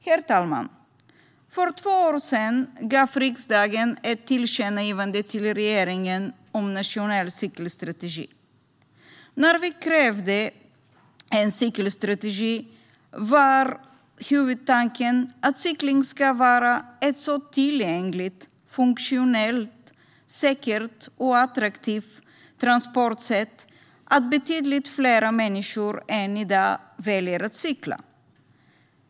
Herr talman! För två år sedan gav riksdagen ett tillkännagivande till regeringen om en nationell cykelstrategi. När vi krävde en cykelstrategi var huvudtanken att cykling ska bli ett så tillgängligt, funktionellt, säkert och attraktivt transportsätt att betydligt fler människor än i dag väljer att cykla.